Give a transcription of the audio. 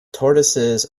tortoises